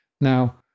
Now